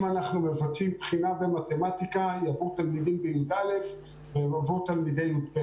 אם אנחנו מבצעים בחינה במתמטיקה יבואו תלמידים בי"א ויבואו תלמידי י"ב,